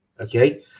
Okay